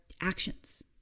actions